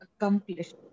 accomplished